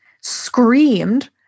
screamed